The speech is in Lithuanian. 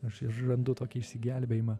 aš randu tokį išsigelbėjimą